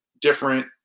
different